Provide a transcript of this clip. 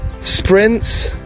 sprints